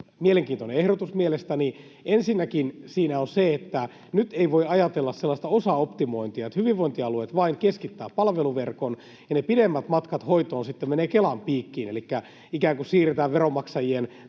mielenkiintoinen ehdotus: Ensinnäkin siinä on se, että nyt ei voi ajatella sellaista osaoptimointia, että hyvinvointialueet vain keskittävät palveluverkon ja ne pidemmät matkat hoitoon sitten menevät Kelan piikkiin, elikkä ikään kuin siirretään veronmaksajien taskusta